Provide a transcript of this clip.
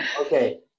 Okay